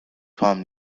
پام